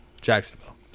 Jacksonville